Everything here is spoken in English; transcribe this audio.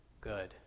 good